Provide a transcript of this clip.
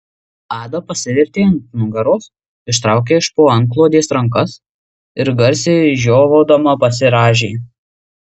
ada pasivertė ant nugaros ištraukė iš po antklodės rankas ir garsiai žiovaudama pasirąžė